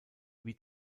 wie